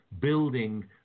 building